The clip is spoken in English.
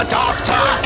doctor